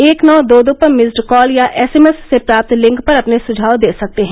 एक नौ दो दो पर मिस्ड कॉल या एसएमएस से प्राप्त लिंक पर अपने सुझाव दे सकते हैं